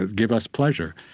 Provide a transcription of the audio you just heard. give us pleasure.